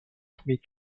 premier